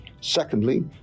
Secondly